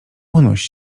unoś